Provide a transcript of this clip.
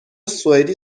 سوئدی